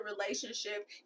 relationship